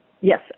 yes